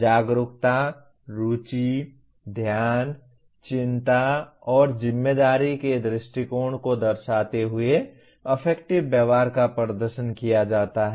जागरूकता रुचि ध्यान चिंता और जिम्मेदारी के दृष्टिकोण को दर्शाते हुए अफेक्टिव व्यवहार का प्रदर्शन किया जाता है